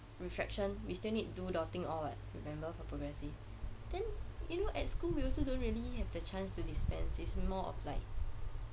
refraction we still need do dotting all what remember for progressing then you know at school we also don't really have the chance to dispense it's more of like